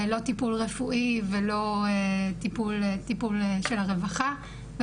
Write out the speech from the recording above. לא טיפול רפואי ולא טיפול של הרווחה,